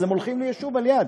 אז הן הולכות ליישוב ליד.